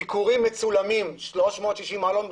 ביקורים מצולמות 360 מעלות,